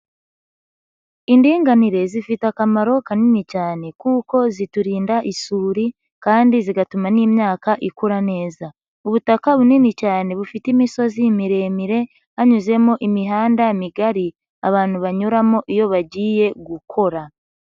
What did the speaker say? Indinganire zifite akamaro kanini cyane kuko ziturinda isuri kandi zigatuma n'imyaka ikura neza, ubutaka bunini cyane bufite imisozi miremire hanyuzemo imihanda migari abantu banyuramo iyo bagiye gukora.